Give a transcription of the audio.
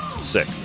Sick